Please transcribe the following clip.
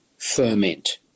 ferment